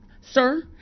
sir